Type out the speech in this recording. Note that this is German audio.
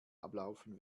ablaufen